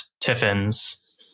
Tiffin's